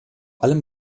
allem